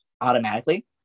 automatically